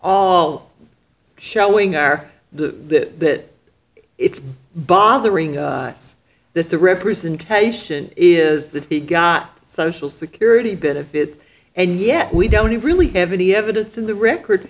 all showing our the that it's bothering us that the representation is that he got social security benefits and yet we don't really have any evidence in the record